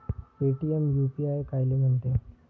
Paytm UPI कायले म्हनते?